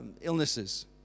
illnesses